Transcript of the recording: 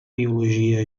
biologia